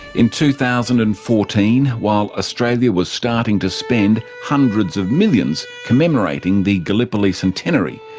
in two thousand and fourteen while australia was starting to spend hundreds of millions commemorating the gallipoli centenary,